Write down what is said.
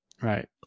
right